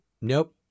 nope